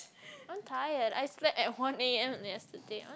I'm tired I slept at one a_m yesterday